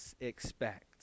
expect